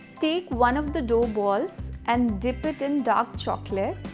take one of the dough balls and dip it in dark chocolate.